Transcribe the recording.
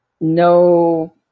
no